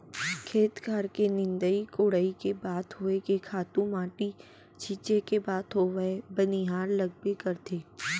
खेत खार के निंदई कोड़ई के बात होय के खातू माटी छींचे के बात होवय बनिहार लगबे करथे